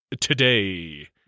today